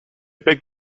beg